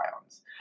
ions